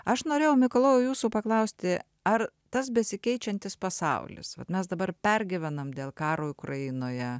aš norėjau mikalojau jūsų paklausti ar tas besikeičiantis pasaulis vat mes dabar pergyvenam dėl karo ukrainoje